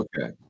Okay